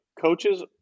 Coaches